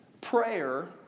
prayer